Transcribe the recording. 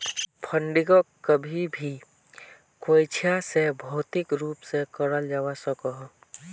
फंडिंगोक कभी भी कोयेंछा से भौतिक रूप से कराल जावा सकोह